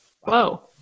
Whoa